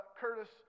Curtis